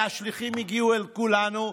והשליחים הגיעו אל כולנו,